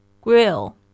grill